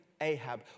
Ahab